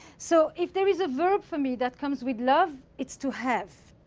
so if there is a verb, for me, that comes with love, it's to have.